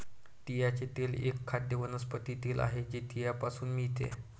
तिळाचे तेल एक खाद्य वनस्पती तेल आहे जे तिळापासून मिळते